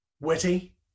witty